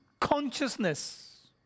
consciousness